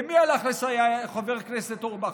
למי הלך לסייע חבר הכנסת אורבך?